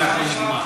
גברתי,